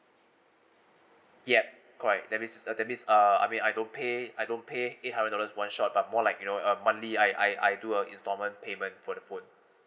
yup correct that means uh that means uh I mean I don't pay I don't pay eight hundred dollars one shot but more like you know a monthly I I I do a installment payment for the phone